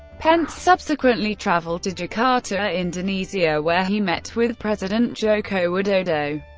pence subsequently traveled to jakarta, indonesia, where he met with president joko widodo,